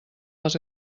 les